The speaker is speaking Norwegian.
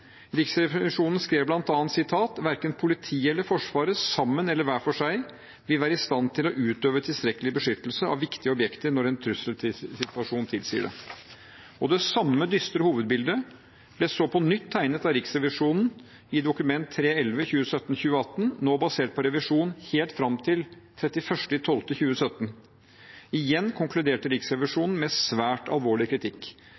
Riksrevisjonen skrev bl.a.: «verken politiet eller Forsvaret, sammen eller hver for seg, vil være i stand til å utøve tilstrekkelig beskyttelse av viktige objekter når en trusselsituasjon tilsier det.» Det samme dystre hovedbildet ble så på nytt tegnet av Riksrevisjonen i Dokument 3:11 for 2017–2018, nå basert på en revisjon helt fram til 31. desember 2017. Igjen konkluderte Riksrevisjonen med «svært alvorlig» kritikk.